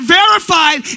verified